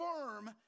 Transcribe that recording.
firm